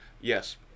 Yes